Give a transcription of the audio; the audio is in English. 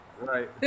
right